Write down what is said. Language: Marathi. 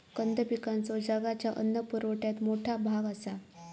कंद पिकांचो जगाच्या अन्न पुरवठ्यात मोठा भाग आसा